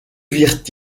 virent